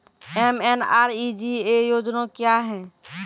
MNREGA योजना क्या हैं?